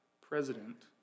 president